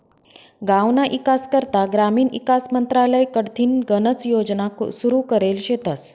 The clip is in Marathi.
गावना ईकास करता ग्रामीण ईकास मंत्रालय कडथीन गनच योजना सुरू करेल शेतस